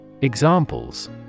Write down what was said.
Examples